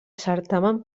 certamen